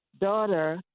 daughter